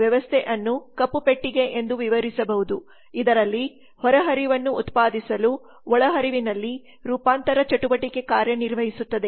ವ್ಯವಸ್ಥೆ ಅನ್ನು ಕಪ್ಪು ಪೆಟ್ಟಿಗೆ ಎಂದು ವಿವರಿಸಬಹುದು ಇದರಲ್ಲಿ ಹೊರಹರಿವನ್ನು ಉತ್ಪಾದಿಸಲು ಒಳಹರಿವಿನಲ್ಲಿ ರೂಪಾಂತರ ಚಟುವಟಿಕೆ ಕಾರ್ಯನಿರ್ವಹಿಸುತ್ತದೆ